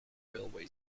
railway